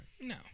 No